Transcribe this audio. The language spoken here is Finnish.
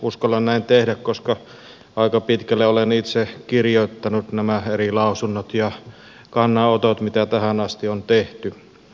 uskallan näin tehdä koska aika pitkälle olen itse kirjoittanut nämä eri lausunnot ja kannanotot mitä tähän asti on tehty